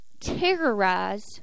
terrorize